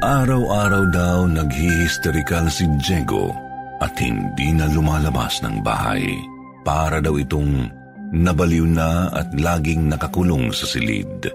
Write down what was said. Araw-araw daw naghihisterikal si Diego at hindi na lumalabas ng bahay. Para daw itong nabaliw na at laging nakakulong sa silid.